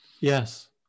Yes